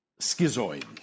schizoid